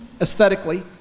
aesthetically